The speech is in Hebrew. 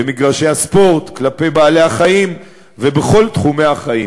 במגרשי הספורט, כלפי בעלי-חיים ובכל תחומי החיים.